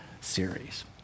series